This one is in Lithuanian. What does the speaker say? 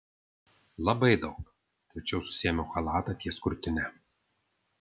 labai daug tvirčiau susiėmiau chalatą ties krūtine